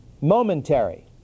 momentary